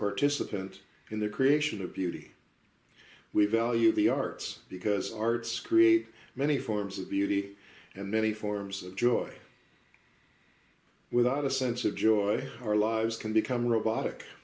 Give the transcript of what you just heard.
participant in the creation of beauty we value the arts because arts create many forms of beauty and many forms of joy without a sense of joy ready our lives can become robotic